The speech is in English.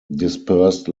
dispersed